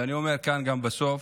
ואני אומר כאן בסוף: